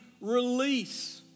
release